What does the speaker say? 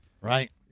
Right